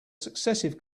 successive